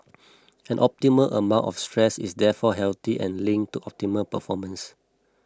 an optimal amount of stress is therefore healthy and linked to optimal performance